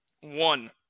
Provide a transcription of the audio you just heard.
one